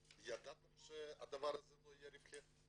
ידעתם שהדבר הזה לא יהיה רווחי?